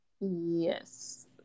Yes